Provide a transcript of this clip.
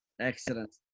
Excellent